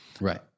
Right